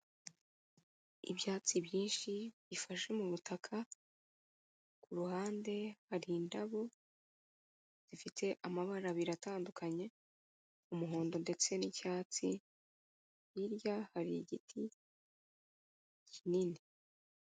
Ibyatsi byinshi bifashe mu butaka, ku ruhande hari indabo zifite amabara abiri atandukanye, umuhondo ndetse nicyatsi, hirya hari igiti kinini.